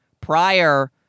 prior